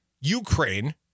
Ukraine